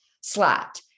slot